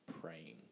praying